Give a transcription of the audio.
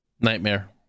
Nightmare